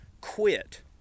quit